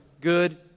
good